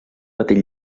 petit